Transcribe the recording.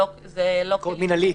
ביקורת מינהלית.